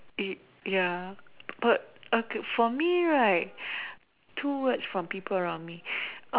it ya but okay for me right two words from people around me